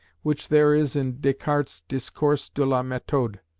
which there is in descartes's discours de la methode.